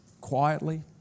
quietly